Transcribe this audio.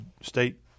state